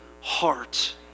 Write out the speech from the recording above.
heart